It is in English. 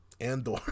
Andor